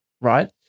right